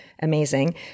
Amazing